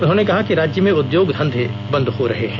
उन्होंने कहा कि राज्य में उद्योग धंधे बंद हो रहे हैं